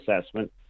assessment